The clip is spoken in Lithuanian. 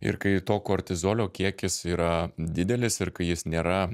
ir kai to kortizolio kiekis yra didelis ir kai jis nėra